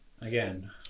Again